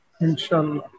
Inshallah